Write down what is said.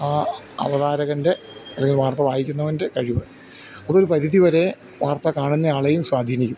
ആ അവതാരകൻ്റെ അല്ലെങ്കിൽ വാർത്ത വായിക്കുന്നവൻ്റെ കഴിവ് അതൊരു പരിധി വരെ വാർത്ത കാണുന്ന ആളെയും സ്വാധീനിക്കും